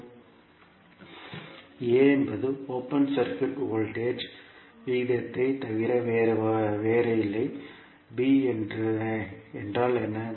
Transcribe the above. a என்பது open circuit voltage விகிதத்தைத் தவிர வேறில்லை b என்றால் என்ன